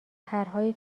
پرهای